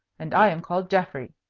and i am called geoffrey,